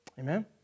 Amen